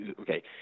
okay